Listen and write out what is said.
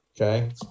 okay